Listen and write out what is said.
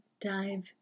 dive